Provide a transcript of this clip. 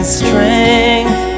strength